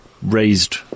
raised